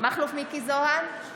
מכלוף מיקי זוהר,